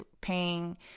paying